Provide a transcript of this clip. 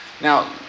Now